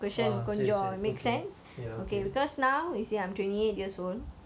uh say say ya okay